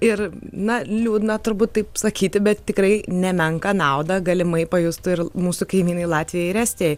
ir na liūdna turbūt taip sakyti bet tikrai nemenką naudą galimai pajustų ir mūsų kaimynai latvijoj ir estijoj